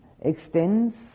extends